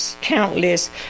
countless